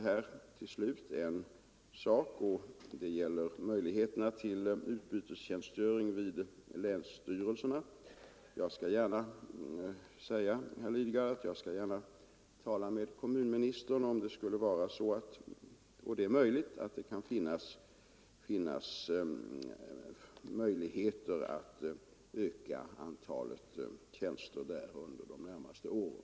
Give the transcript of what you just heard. Herr Lidgard antydde till slut möjligheterna till utbytestjänstgöring vid länsstyrelserna. Jag skall gärna, herr Lidgard, tala med kommunministern för att utreda 25 heter att bereda nyutexaminerade juris kandidater tingsmeritering om det är möjligt att öka antalet tjänster där under de närmaste åren.